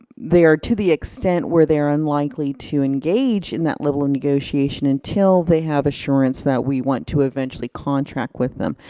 they are to the extent where they're unlikely to engage in that little and negotiation until they have assurance that we want to eventually contract with them.